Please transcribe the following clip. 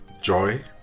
joy